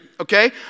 Okay